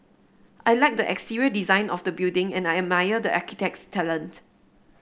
I like the exterior design of the building and I admire the architect's talent